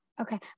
Okay